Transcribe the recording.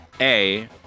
A-